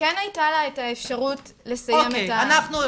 דקה,